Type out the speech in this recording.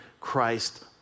Christ